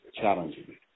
challenging